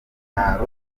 rwaba